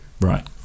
Right